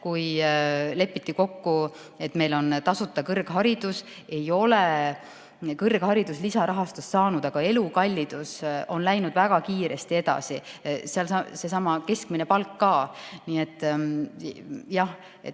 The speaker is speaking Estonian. kui lepiti kokku, et meil on tasuta kõrgharidus, ei ole kõrgharidus lisaraha saanud, aga elukallidus on läinud väga kiiresti edasi, ka keskmine palk [on kasvanud].